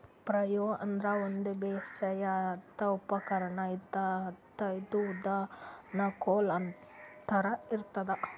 flail ಅಂತಾ ಒಂದ್ ಬೇಸಾಯದ್ ಉಪಕರ್ಣ್ ಇರ್ತದ್ ಇದು ಉದ್ದನ್ದ್ ಕೋಲ್ ಥರಾ ಇರ್ತದ್